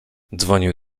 dzwonił